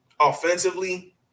offensively